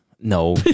No